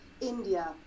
India